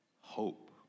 hope